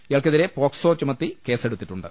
ഇയാൾക്കെതിരെ പോക്സോ ചുമത്തി കേസെടുത്തിട്ടുണ്ട്